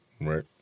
Right